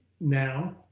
now